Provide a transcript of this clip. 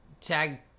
tag